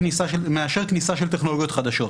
כניסה של טכנולוגיות חדשות.